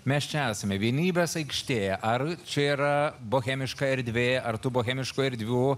mes čia esame vienybės aikštė ar čia yra bohemiška erdvė ar tų bohemiškų erdvių